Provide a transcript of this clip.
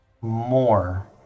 more